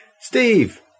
Steve